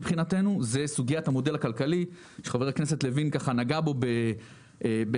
מבחינתנו סוגיית המודל הכלכלי שחבר הכנסת לוין נגע בו בקצרה.